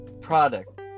Product